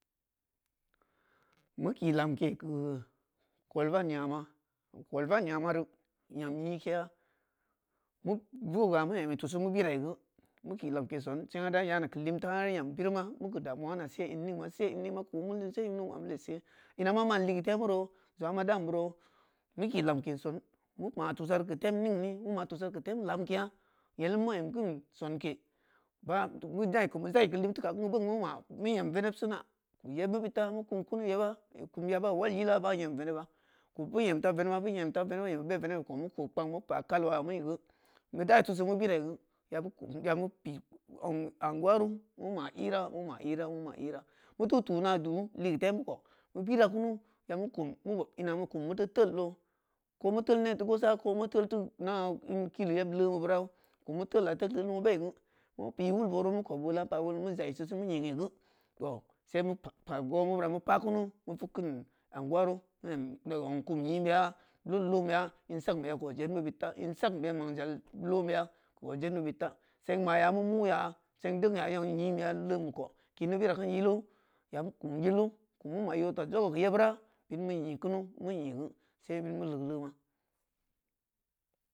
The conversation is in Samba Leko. Meu ku lamke keu kolvan yama kol van nyamari nyam nyike meu fuga meu emi tusu meu birai geu meu ki lamke song seng’a da yana keu limta har yambiri’na meu keu damuwa nese in ning ma se ningma ko meu dunse ining ma ma meu se lees eina ma man ligeu temuro zong’a ma dan buro meu ki lamke son meu ma tusari keu tem ningni meu ma tusari keu tem lamkeya yelim meu em kin sonke meu dei meu keu limte khakin beun meu ma meu nyam venebsina keu yebmeu beudta meu kum kunu yeba kum yaba wal yila bah yeng veneba kum beu yemta veneba beu yem ta veneba yem beu be nebebi kou meu koo kpag meu pah kaliwa meu geu meu dai tusu meu birai geu ya meu kum ya meu kum ya meu plu ong anguwaru mu ma hira meu ma hira-meu ma hira meu teu keu tuna du’u ligie tamu kou meu bira kunu yameu kum meu bob in akum meu teu tel ko meu tel ne teu gosa ko meu tel teu ina in kili yeb le mebeu rai ko meu tella tel-telli meu beri geu meu pi wul boru meu kob wola pah woli meu za’i sisu meu nyi’i geu tooh se mu pa-pa gomeubwa meu pah kunu meu vugkin anguwaru meu em de ong kum nyime’a tod lome in sang beya keu ojed meu beud ta in sang beya mangzal lo’on beya keu ojed meu beudta seng maya meu muya seng deng yan nyimeya leeme kou kid meu bira kein yilu ya meu kum yilu kum meu ma yotal jongo keu yebura bi meu nyi kunu meu nyii geu se bit meu lee-leema